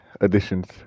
additions